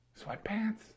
sweatpants